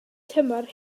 tymor